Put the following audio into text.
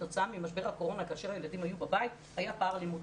כתוצאה ממשבר הקורונה כאשר הילדים היו בבית היה פער לימודי,